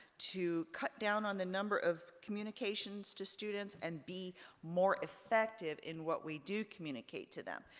to cut down on the number of communications to students, and be more effective in what we do communicate to them.